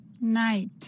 night